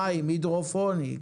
מים, הידרופוני.